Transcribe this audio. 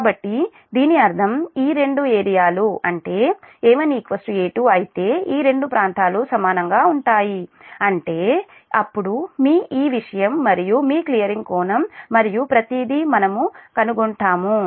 కాబట్టి దీని అర్థం ఈ రెండు ఏరియా అంటే A1 A2 అయితే ఈ రెండు ప్రాంతాలు సమానంగా ఉంటే అప్పుడు మీ ఈ విషయం మరియు మీ క్లియరింగ్ కోణం మరియు ప్రతిదీ మనము కనుగొంటాము